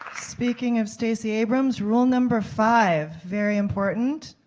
speaking of stacy abrams, rule number five. very important.